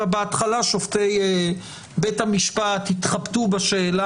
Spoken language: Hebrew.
בהתחלה שופטי בית המשפט יתחבטו בשאלה